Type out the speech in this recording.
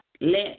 Let